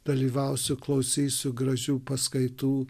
dalyvausiu klausysiu gražių paskaitų